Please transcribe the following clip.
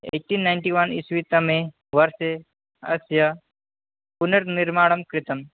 eighteen ninety one इस्वीतमे वर्षे अस्य पुनर्निर्माणं कृतं